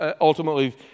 ultimately